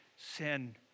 sin